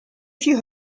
few